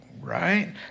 right